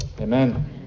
Amen